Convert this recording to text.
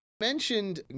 mentioned